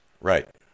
Right